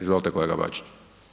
Izvolite, kolega Bačić.